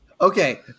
Okay